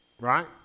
right